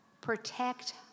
protect